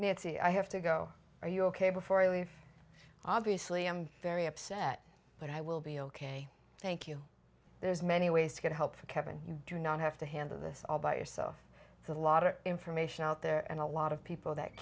nancy i have to go are you ok before i leave obviously i'm very upset but i will be ok thank you there's many ways to get help for kevin you do not have to handle this all by yourself it's a lot of information out there and a lot of people that